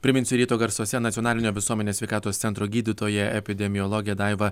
priminsiu ryto garsuose nacionalinio visuomenės sveikatos centro gydytoja epidemiologė daiva